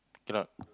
cannot